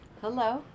Hello